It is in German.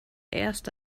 erste